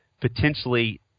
potentially –